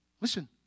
Listen